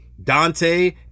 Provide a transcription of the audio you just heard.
Dante